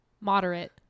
Moderate